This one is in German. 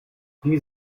die